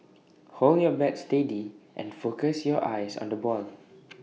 hold your bat steady and focus your eyes on the ball